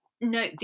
no